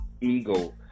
ego